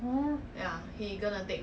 not 我们学校的 lah